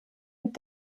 mit